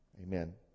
Amen